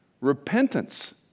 repentance